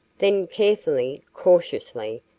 then, carefully, cautiously,